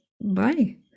bye